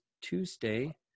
Tuesday